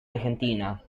argentina